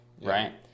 right